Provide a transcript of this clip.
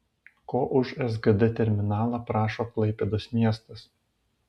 ko už sgd terminalą prašo klaipėdos miestas